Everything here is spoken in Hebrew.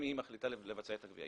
אם היא מחליטה לבצע את הגבייה.